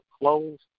closed